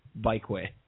bikeway